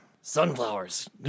Sunflowers